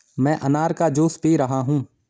मैं अनार का जूस पी रहा हूँ